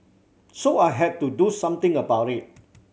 so I had to do something about it